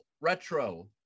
retro